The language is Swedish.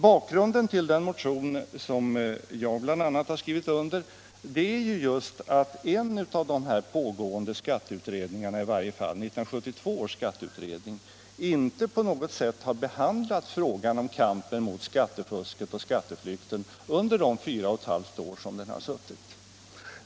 Bakgrunden till den motion som bl.a. jag har skrivit under är just att i varje fall en av de pågående skatteutredningarna — 1972 års skatteutredning — inte på något sätt har behandlat kampen mot skattefusket och skatteflykten under de fyra och ett halvt år som den suttit.